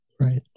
right